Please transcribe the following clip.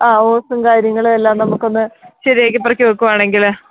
ആ ഓസും കാര്യങ്ങളും എല്ലാം നമുക്കൊന്ന് ശെരിയാക്കി പെറുക്കി വെക്കുവാണെങ്കിൽ